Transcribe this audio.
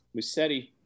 Musetti